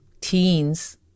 teens